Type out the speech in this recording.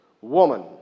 Woman